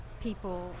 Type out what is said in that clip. people